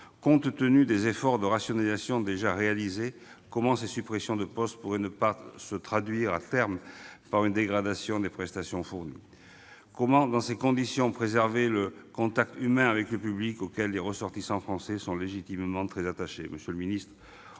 Compte tenu des efforts de rationalisation déjà réalisés, comment ces suppressions de poste ne pourraient-elles pas se traduire, à terme, par une dégradation des prestations fournies ? Comment, dans ces conditions, préserver le contact humain avec le public, auquel les ressortissants français sont légitimement très attachés ?